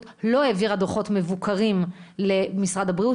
לא העבירה דוחות מבוקרים למשרד הבריאות.